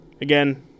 Again